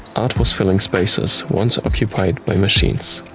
art was filling spaces once occupied by machines.